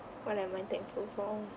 what am I thankful for